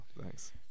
thanks